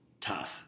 Tough